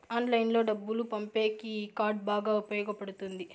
ఆన్లైన్లో డబ్బులు పంపేకి ఈ కార్డ్ బాగా ఉపయోగపడుతుంది